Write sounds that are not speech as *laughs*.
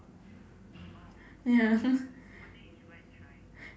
ya *laughs*